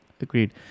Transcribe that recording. agreed